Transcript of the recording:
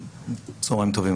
צוהריים טובים.